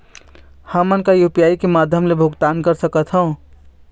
हमन का यू.पी.आई के माध्यम भुगतान कर सकथों?